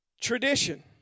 Tradition